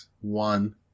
One